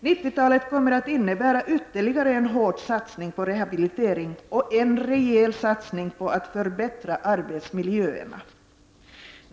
90-talet kommer att innebära ytterligare en hård satsning på rehabilitering och en rejäl satsning på att förbättra arbetsmiljöerna.